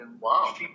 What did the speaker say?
Wow